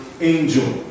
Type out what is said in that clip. angel